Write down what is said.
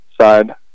side